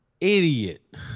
Idiot